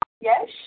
Yes